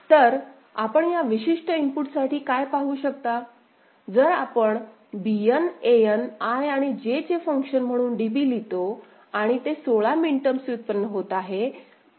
तर आपण या विशिष्ट इनपुट साठी काय पाहू शकता जर आपण Bn An I आणि J चे फंक्शन म्हणून DB लिहितो आणि ते 16 मिन टर्म्स व्युत्पन्न होत आहेत